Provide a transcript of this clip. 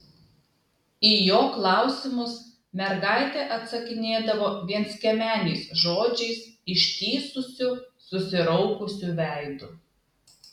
į jo klausimus mergaitė atsakinėdavo vienskiemeniais žodžiais ištįsusiu susiraukusiu veidu